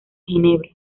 ginebra